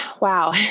wow